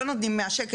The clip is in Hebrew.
לא נותנים 100 שקלים,